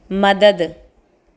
मदद